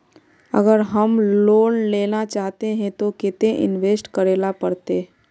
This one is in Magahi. अगर हम लोन लेना चाहते तो केते इंवेस्ट करेला पड़ते?